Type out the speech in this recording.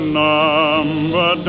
number